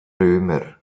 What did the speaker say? römer